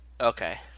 Okay